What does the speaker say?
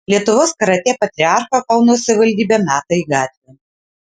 lietuvos karatė patriarchą kauno savivaldybė meta į gatvę